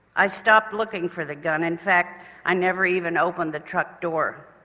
i stopped looking for the gun in fact i never even opened the truck door.